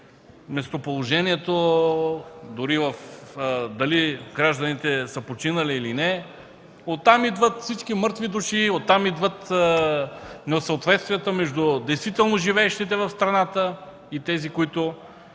местоположението, дали гражданите са починали или не – оттам идват мъртвите души и несъответствията между действително живеещите в страната и тези, които